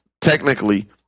Technically